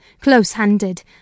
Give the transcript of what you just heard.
close-handed